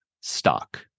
stock